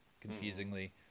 confusingly